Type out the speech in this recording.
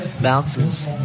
Bounces